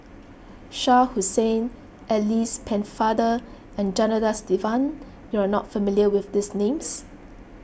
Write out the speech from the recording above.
Shah Hussain Alice Pennefather and Janadas Devan you are not familiar with these names